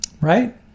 Right